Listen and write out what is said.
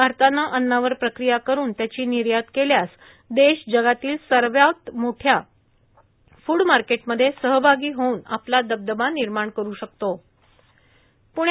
भारताने अन्नावर प्रक्रिया करुन त्याची निर्यात केल्यास देश जगातील सर्वात मोठ्या फूड मार्केटमध्ये सहभागी होऊन आपला दबदबा निर्माण करु शकतो असं मुख्यमंत्री म्हणाले